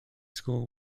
school